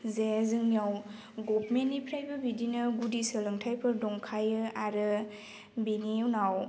जे जोंनियाव गभमेन्टनिफ्रायबो बिदिनो गुदि सोलोंथाइफोर दंखायो आरो बिनि उनाव